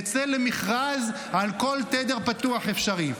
נצא למכרז על כל תדר פתוח אפשרי.